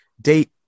date